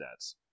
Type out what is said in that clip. stats